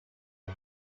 pre